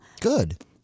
good